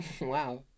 Wow